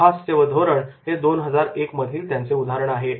सुहास्य व धोरण हे 2001 मधील त्यांचे उदाहरण आहे